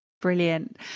brilliant